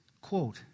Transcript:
quote